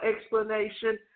explanation